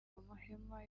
amahema